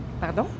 Pardon